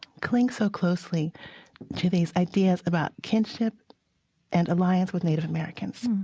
cling so closely to these ideas about kinship and alliance with native americans?